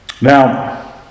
Now